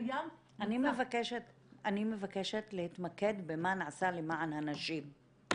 קיים -- אני מבקשת להתמקד במה נעשה למען הנשים.